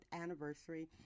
anniversary